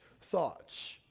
thoughts